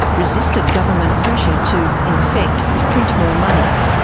resisted government pressure to in effect print more money.